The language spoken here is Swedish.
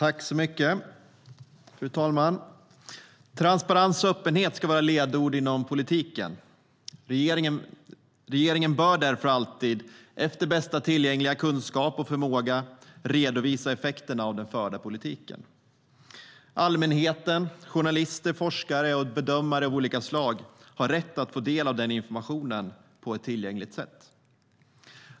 Fru talman! Transparens och öppenhet ska vara ledord inom politiken. Regeringen bör därför alltid efter bästa tillgängliga kunskap och förmåga redovisa effekterna av den förda politiken. Allmänheten, journalister, forskare och bedömare av olika slag har rätt att få del av den informationen på ett tillgängligt sätt.